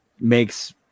makes